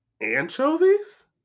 anchovies